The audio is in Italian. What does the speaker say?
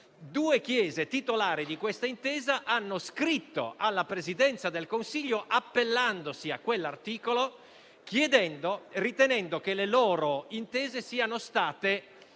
due Chiese titolari di questa intesa hanno scritto alla Presidenza del Consiglio, appellandosi a quell'articolo, ritenendo che i diritti ivi